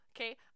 Okay